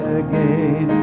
again